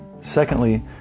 Secondly